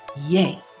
yay